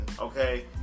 okay